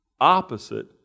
opposite